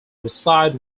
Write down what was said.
reside